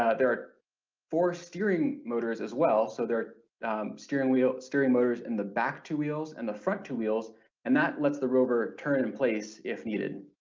ah there are four steering motors as well so there are steering wheel steering motors in the back two wheels and the front two wheels and that lets the rover turn in place if needed.